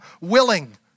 willing